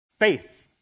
Faith